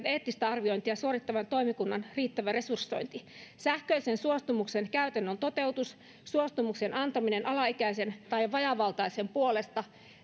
eettistä arviointia suorittavan toimikunnan riittävä resursointi sähköisen suostumuksen käytännön toteutus suostumuksen antaminen alaikäisen tai vajaavaltaisen puolesta